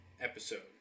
episode